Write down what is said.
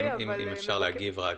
אם אפשר להגיב רק.